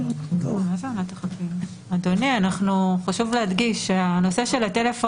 אנחנו ממשיכים את הדיון הארוך והמסודר שלנו בסמכויות